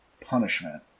punishment